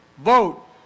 Vote